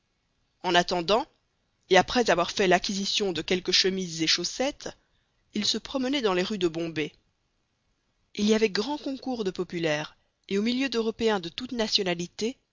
en attendant et après avoir fait acquisition de quelques chemises et chaussettes il se promenait dans les rues de bombay il y avait grand concours de populaire et au milieu d'européens de toutes nationalités